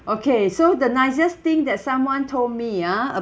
okay so the nicest thing that someone told me ya